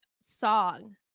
song